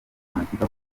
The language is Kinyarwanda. amakipe